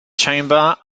chamber